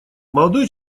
молодой